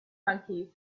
monkeys